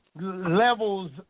levels